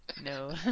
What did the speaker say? No